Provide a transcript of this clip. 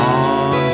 on